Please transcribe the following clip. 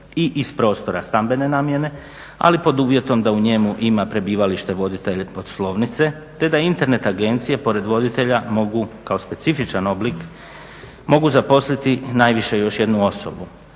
i iz prostora stambene namjene ali pod uvjetom da u njemu ima prebivalište voditelje poslovnice te da Internet agencije pored voditelja mogu kao specifičan oblik mogu zaposliti najviše još jednu osobu.